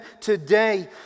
today